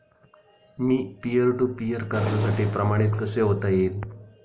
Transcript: Me peer to peer कर्जासाठी प्रमाणित कसे होता येईल?